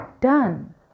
done